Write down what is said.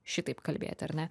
šitaip kalbėti ar ne